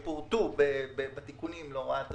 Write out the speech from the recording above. הן פורטו בתיקונים להוראת השעה,